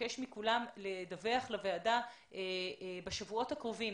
נבקש מכולם לדווח לוועדה בשבועות הקרובים,